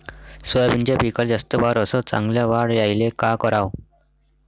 सोयाबीनच्या पिकाले जास्त बार अस चांगल्या वाढ यायले का कराव?